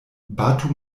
batu